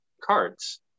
cards